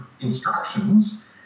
instructions